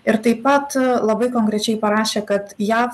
ir taip pat labai konkrečiai parašė kad jav